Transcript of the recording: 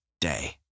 day